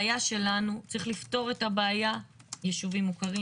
צריך לפתור את הבעיה בנושא יישובים מוכרים